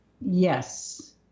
Yes